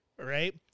right